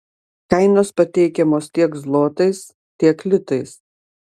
kainos pateikiamos tiek zlotais tiek litais